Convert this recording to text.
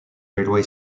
railway